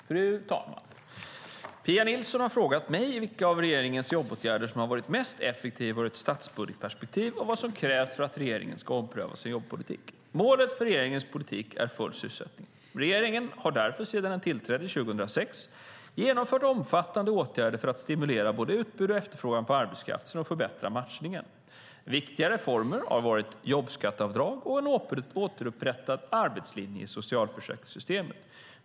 Fru talman! Pia Nilsson har frågat mig vilka av regeringens jobbåtgärder som har varit mest effektiva ur ett statsbudgetperspektiv och vad som krävs för att regeringen ska ompröva sin jobbpolitik. Målet för regeringens politik är full sysselsättning. Regeringen har därför sedan den tillträdde 2006 genomfört omfattande åtgärder för att stimulera både utbud och efterfrågan på arbetskraft samt förbättra matchningen. Viktiga reformer har varit jobbskatteavdrag och en återupprättad arbetslinje i socialförsäkringssystemet.